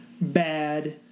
bad